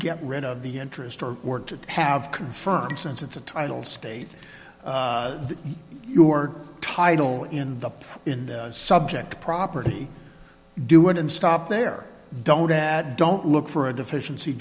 get rid of the interest or word to have confirmed since it's a title state your title in the in the subject property do it and stop there don't do that don't look for a deficiency